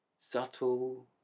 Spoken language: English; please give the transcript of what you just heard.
subtle